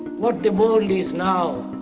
what the world is now,